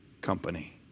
company